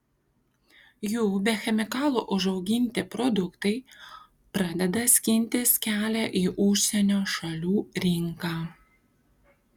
jų be chemikalų užauginti produktai pradeda skintis kelią į užsienio šalių rinką